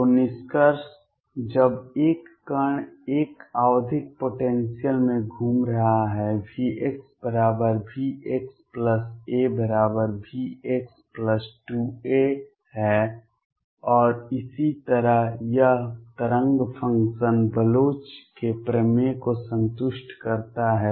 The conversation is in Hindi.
तो निष्कर्ष जब एक कण एक आवधिक पोटेंसियल में घूम रहा है V बराबर Vxa बराबर Vx2a है और इसी तरह यह तरंग फ़ंक्शन फ़ंक्शन बलोच के प्रमेय को संतुष्ट करता है